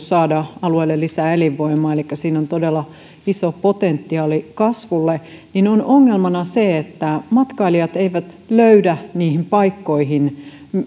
saada alueelle lisää elinvoimaa siinä on todella iso potentiaali kasvulle on ongelmana se että matkailijat eivät löydä niihin paikkoihin